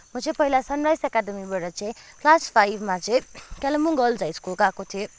म चाहिँ पहिलै सानराइज एकाडेमीबाट चाहिँ क्लास फाइभमा चाहिँ कालिम्पोङ गर्ल्स हाइ स्कुल गएको थिएँ